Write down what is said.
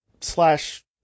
slash